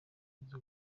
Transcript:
ibyiza